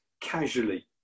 casually